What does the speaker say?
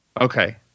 Okay